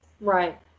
Right